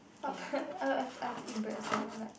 what bread I've I've I've eat bread but then like